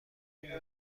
این